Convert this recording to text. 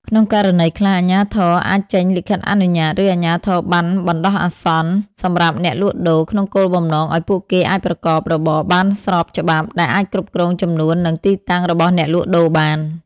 ក្នុងករណីខ្លះ អាជ្ញាធរអាចចេញលិខិតអនុញ្ញាត ឬអាជ្ញាប័ណ្ណបណ្តោះអាសន្នសម្រាប់អ្នកលក់ដូរ ក្នុងគោលបំណងឱ្យពួកគេអាចប្រកបរបរបានស្របច្បាប់ ដែលអាចគ្រប់គ្រងចំនួន និងទីតាំងរបស់អ្នកលក់ដូរបាន ។